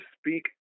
speak